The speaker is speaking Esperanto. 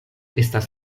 estas